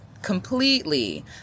Completely